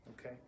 okay